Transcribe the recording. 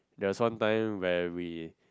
there was one time where we